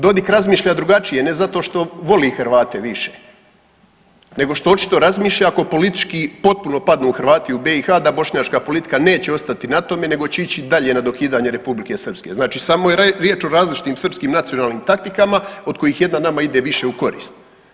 Dodik razmišlja drugačije ne zato što voli Hrvate više nego što očito razmišlja ako politički potpuno padnu Hrvati u BiH da bošnjačka politika neće ostati na tome nego će ići dalje na dokidanje Republike Srpske, znači samo je riječ o različitim srpskim nacionalnim taktikama od kojih jedna nama ide više u korist.